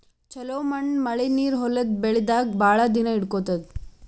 ಛಲೋ ಮಣ್ಣ್ ಮಳಿ ನೀರ್ ಹೊಲದ್ ಬೆಳಿದಾಗ್ ಭಾಳ್ ದಿನಾ ಹಿಡ್ಕೋತದ್